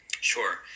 Sure